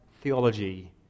theology